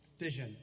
vision